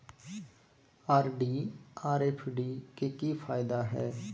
RD आर FD के की फायदा हय?